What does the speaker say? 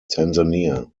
tanzania